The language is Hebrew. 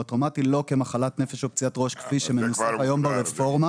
טראומתי ולא כמחלת נפש או פציעת ראש כפי שמנוסח היום ברפורמה.